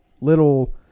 little